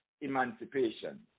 emancipation